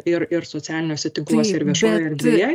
ir ir socialiniuose tinkluose ir viešojoje erdvėje